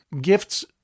Gifts